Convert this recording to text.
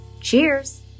cheers